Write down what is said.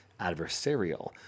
adversarial